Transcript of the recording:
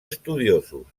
estudiosos